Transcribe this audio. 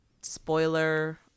spoiler